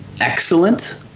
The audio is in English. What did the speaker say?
excellent